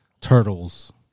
Turtles